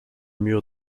murs